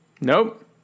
Nope